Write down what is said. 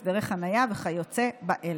הסדרי חניה וכיוצא באלה.